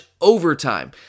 overtime